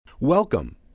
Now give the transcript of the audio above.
Welcome